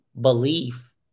belief